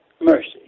mercy